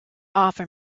offer